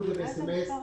הממשק עובד.